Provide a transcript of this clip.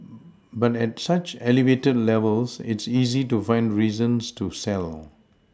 but at such elevated levels it's easy to find reasons to sell